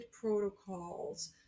protocols